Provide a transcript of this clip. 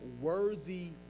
worthy